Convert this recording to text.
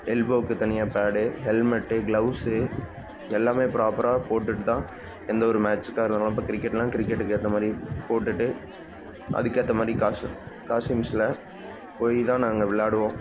எல்போக்கு தனியாக pad helmet gloves எல்லாமே ப்ராப்பராக போட்டுகிட்டு தான் எந்த ஒரு மேட்ச்சுக்காக இருந்தாலும் இப்போ கிரிக்கெட்டெல்லாம் கிரிக்கெட்டுக்கு ஏற்ற மாதிரி போட்டுகிட்டு அதுக்கேற்ற மாதிரி காஸ் காஸ்ட்யூம்ஸ்சில் போய் தான் நாங்கள் விளாடுவோம்